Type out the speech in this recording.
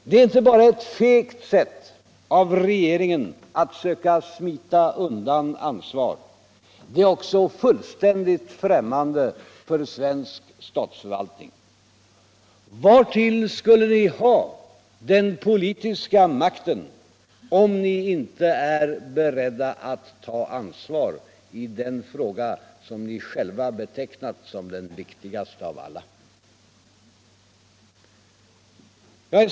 Det är inte bara ett fegt sätt av regeringen att söka smita undan ansvar, det är också fullständigt fräåmmande för svensk statsförvaltning. Vartill skulle ni ha den pohuska makten om ni inte är beredda att ta ansvar i den fråga som ni själva betecknat som den viktigaste av alla? | Jag är.